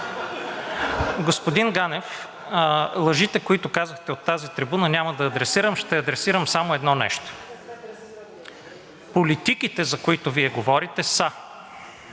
Господин Ганев, лъжите, които казахте от тази трибуна, няма да адресирам. Ще адресирам само едно нещо – политиките, за които Вие говорите, са: